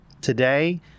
today